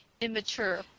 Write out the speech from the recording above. immature